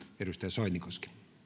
arvoisa puhemies